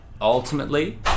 ultimately